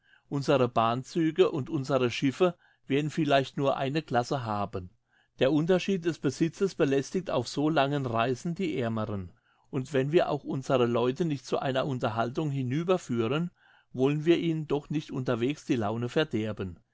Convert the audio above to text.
unsere bahnzüge und unsere schiffe werden vielleicht nur eine classe haben der unterschied des besitzes belästigt auf so langen reisen die aermeren und wenn wir auch unsere leute nicht zu einer unterhaltung hinüberführen wollen wir ihnen doch nicht unterwegs die laune verderben